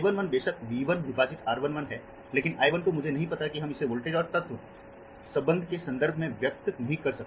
मैं I11 बेशक V1 विभाजित R11 हैलेकिन I 1 2मुझे नहीं पता कि हम इसे वोल्टेज और तत्व संबंध के संदर्भ में व्यक्त नहीं कर सकते